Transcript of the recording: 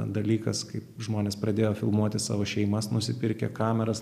dalykas kaip žmonės pradėjo filmuoti savo šeimas nusipirkę kameras